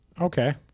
Okay